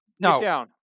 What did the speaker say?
No